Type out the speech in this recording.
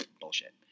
bullshit